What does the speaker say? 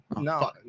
No